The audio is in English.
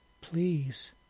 Please